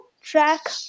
track